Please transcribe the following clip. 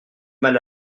mal